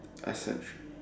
efforts